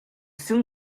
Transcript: soon